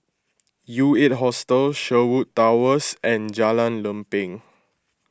U eight Hostel Sherwood Towers and Jalan Lempeng